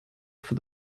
for